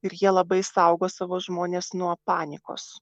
ir jie labai saugo savo žmones nuo panikos